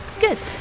Good